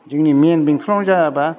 जोंनि मैन बेंटलावनो जायाबा